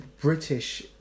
British